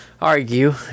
argue